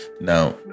Now